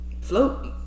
Float